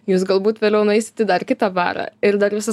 jūs galbūt vėliau nueisit į dar kitą barą ir dar visą